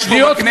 יש פה בכנסת,